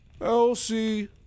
Elsie